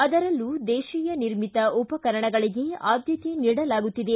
ಅದರಲ್ಲೂ ದೇಶೀಯ ನಿರ್ಮಿತ ಉಪಕರಣಗಳಿಗೆ ಆದ್ಯತೆ ನೀಡಲಾಗುತ್ತಿದೆ